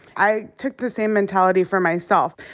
i took the same mentality for myself.